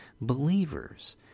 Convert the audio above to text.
believers